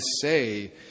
say